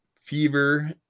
Fever